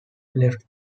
left